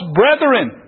brethren